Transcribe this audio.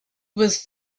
was